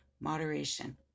moderation